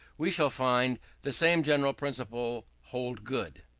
we shall find the same general principle hold good.